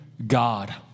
God